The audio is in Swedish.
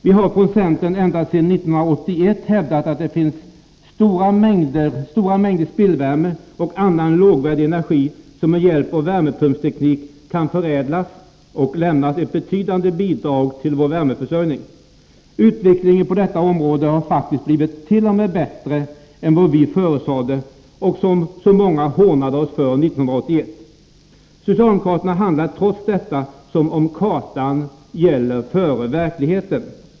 Vi har från centern ända sedan 1981 hävdat att det finns stora mängder spillvärme och annan lågvärdig energi som med hjälp av värmepumpsteknik kan förädlas och lämna ett betydande bidrag till vår värmeförsörjning. Utvecklingen på detta område har faktiskt t.o.m. blivit bättre än vad vi förutsade och 1981 förhånades för. Socialdemokraterna handlar trots detta som om kartan gäller före verkligheten.